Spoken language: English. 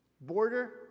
border